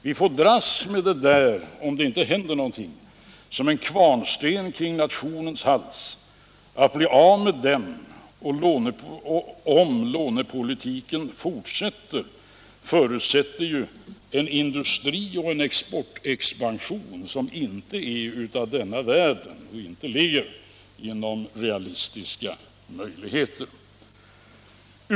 Om ingenting händer får vi dras med dessa lån såsom en kvarnsten kring nationens hals. Att bli av med den — om lånepolitiken fortsätter —- förutsätter ju en industrioch exportexpansion som inte är av denna världen och inte ligger inom de realistiska möjligheternas gränser.